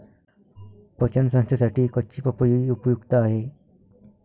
पचन संस्थेसाठी कच्ची पपई उपयुक्त आहे